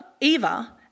Eva